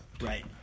Right